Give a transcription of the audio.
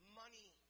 money